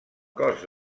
cos